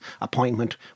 appointment